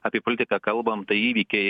apie politiką kalbam tai įvykiai